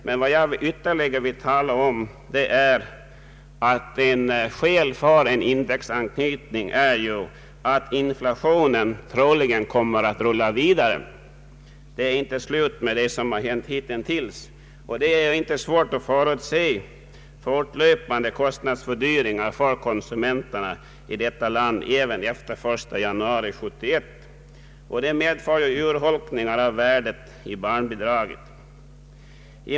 Men vad jag ytterligare vill beröra är att skälet för en indexanknytning också är att inflationen troligen kommer att rulla vidare. Det är inte slut med det som hänt hitintills. Det är inte svårt att förutse fortlöpande kostnadsstegringar för konsumenterna i detta land även efter den 1 januari 1971, något som medför urholkningar av barnbidragens värde.